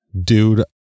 dude